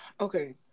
Okay